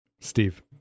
Steve